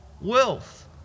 Wealth